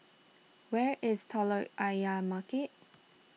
where is Telok Ayer Market